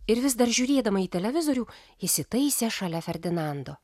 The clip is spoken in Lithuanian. ir vis dar žiūrėdama į televizorių įsitaisė šalia ferdinando